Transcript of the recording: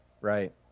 right